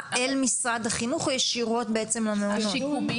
אל משרד החינוך או ישירות בעצם למעונות?